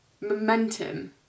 Momentum